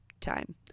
time